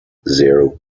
zero